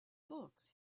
books